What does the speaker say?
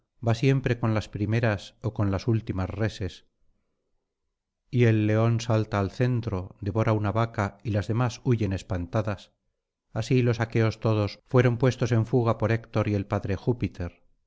va siempre con las primeras ó con las últimas reses y el león salta al centro devora una vaca y las demás huyen espantadas así los aqueos todos fueron puestos en fuga por héctor y el padre júpiter